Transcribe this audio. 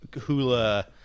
Hula